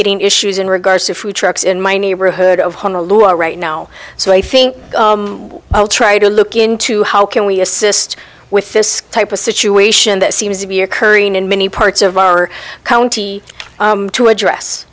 getting issues in regards to food trucks in my neighborhood of honolulu right now so i think i'll try to look into how can we assist with this type of situation that seems to be occurring in many parts of our county to address